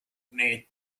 need